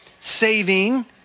saving